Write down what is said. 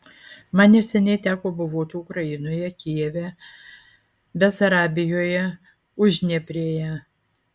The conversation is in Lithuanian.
man neseniai teko buvoti ukrainoje kijeve besarabijoje uždnieprėje